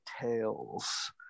Tales